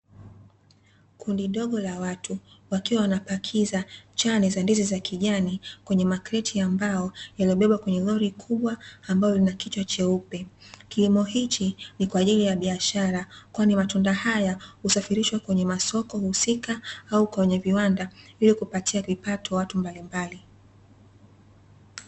Kundi dogo la watu wakiwa wanapakiza chane za ndizi za kijani kwenye makreti ya mbao yaliyobebwa kwenye lori kubwa ambalo lina kichwa cheupe, kilimo hichi ni kwa ajili ya biashara kwani matunda haya husafirishwa kwenye masoko husika au kwenye viwanda ili kupatia vipato watu mbalimbali .